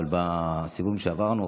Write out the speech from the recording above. אבל בסיבובים שעברנו,